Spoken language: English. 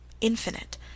infinite